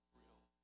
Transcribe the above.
real